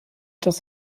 das